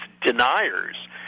deniers